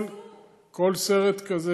כל סרט כזה,